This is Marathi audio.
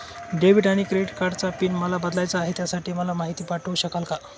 डेबिट आणि क्रेडिट कार्डचा पिन मला बदलायचा आहे, त्यासाठी मला माहिती पाठवू शकाल का?